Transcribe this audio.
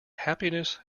happiness